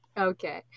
Okay